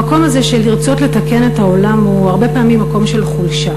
המקום הזה של לרצות לתקן את העולם הוא הרבה פעמים מקום של חולשה.